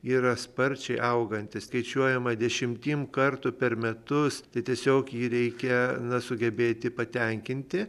yra sparčiai augantis skaičiuojama dešimtim kartų per metus tai tiesiog jį reikia na sugebėti patenkinti